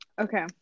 Okay